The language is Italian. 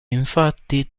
infatti